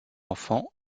enfants